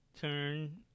turn